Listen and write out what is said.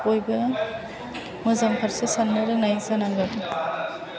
बयबो मोजां फारसे साननो रोंनाय जानांगोन